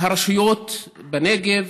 הרשויות בנגב,